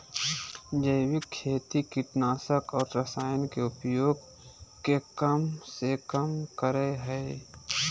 जैविक खेती कीटनाशक और रसायन के उपयोग के कम से कम करय हइ